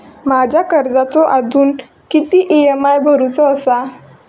माझ्या कर्जाचो अजून किती ई.एम.आय भरूचो असा?